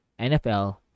NFL